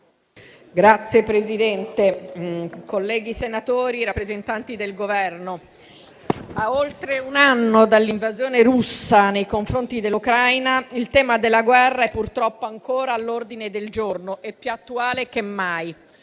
Signor Presidente, colleghi senatori, rappresentanti del Governo, a oltre un anno dall'invasione russa nei confronti dell'Ucraina, il tema della guerra è purtroppo ancora all'ordine del giorno e più attuale che mai,